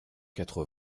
quatre